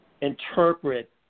interpret